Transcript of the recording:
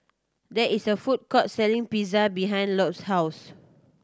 there is a food court selling Pizza behind Lott's house